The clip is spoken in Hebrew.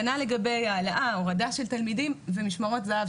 כנ"ל לגבי העלאה/הורדה של תלמידים ומשמרות זה"ב,